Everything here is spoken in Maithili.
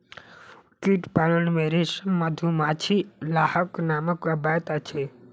कीट पालन मे रेशम, मधुमाछी, लाहक नाम अबैत अछि